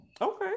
Okay